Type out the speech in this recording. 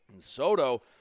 Soto